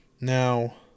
Now